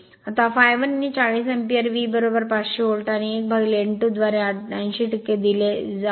आता ∅1 ने 40 ampere V 500 volt आणि 1 n2 द्वारे 80० दिले आहेत